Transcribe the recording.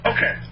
Okay